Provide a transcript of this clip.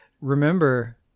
Remember